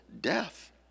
death